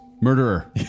murderer